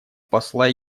посла